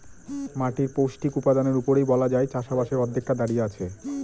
মাটির পৌষ্টিক উপাদানের উপরেই বলা যায় চাষবাসের অর্ধেকটা দাঁড়িয়ে আছে